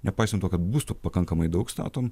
nepaisant to kad būstų pakankamai daug statom